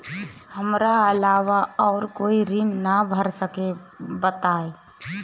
हमरा अलावा और कोई ऋण ना भर सकेला बताई?